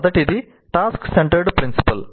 మొదటిది task centred principal